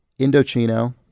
Indochino